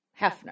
Hefner